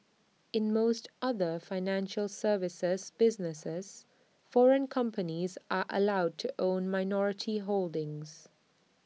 in most other financial services businesses foreign companies are allowed to own minority holdings